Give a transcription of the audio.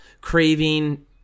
craving